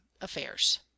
affairs